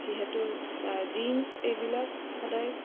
যিহেতু জিনচ এইবিলাক সদায়